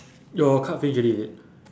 your card finish already is it